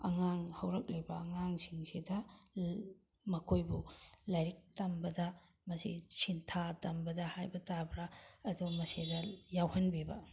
ꯑꯉꯥꯡ ꯍꯧꯔꯛꯂꯤꯕ ꯑꯉꯥꯡꯁꯤꯡꯁꯤꯗ ꯃꯈꯣꯏꯕꯨ ꯂꯥꯏꯔꯤꯛ ꯇꯃꯕꯗ ꯃꯁꯤ ꯁꯤꯟꯊꯥ ꯇꯝꯕꯗ ꯍꯥꯏꯕ ꯇꯥꯕ꯭ꯔꯥ ꯑꯗꯣ ꯃꯁꯤꯗ ꯌꯥꯎꯍꯟꯕꯤꯕ